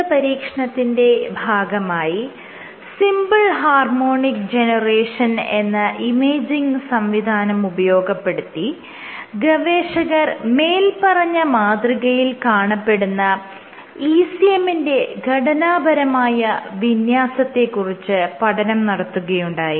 പ്രസ്തുത പരീക്ഷണത്തിന്റെ ഭാഗമായി സിംപിൾ ഹാർമോണിക് ജനറേഷൻ എന്ന ഇമേജിങ് സംവിധാനം ഉപയോഗപ്പെടുത്തി ഗവേഷകർ മേല്പറഞ്ഞ മാതൃകയിൽ കാണപ്പെടുന്ന ECM ന്റെ ഘടനാപരമായ വിന്യാസത്തെ കുറിച്ച് പഠനം നടത്തുകയുണ്ടായി